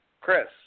Chris